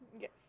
Yes